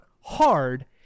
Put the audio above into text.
hard